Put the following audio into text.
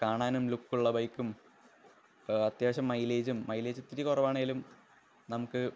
കാണാനും ലുക്കുള്ള ബൈക്കും അത്യാവശ്യം മൈലേജും മൈലേജ് ഇത്തിരി കുറവാണെങ്കിലും നമുക്ക്